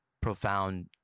profound